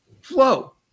Flow